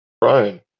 Brian